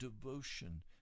devotion